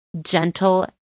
gentle